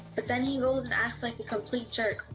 but then he goes and acts like a complete jerk,